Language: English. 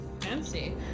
fancy